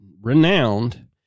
renowned